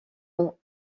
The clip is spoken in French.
ont